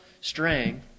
straying